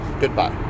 Goodbye